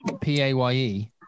PAYE